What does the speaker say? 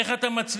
איך אתה מצליח?